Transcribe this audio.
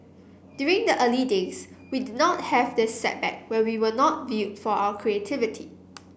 during the early days we did not have this setback where we were not viewed for our creativity